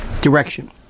direction